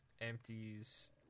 empties